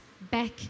back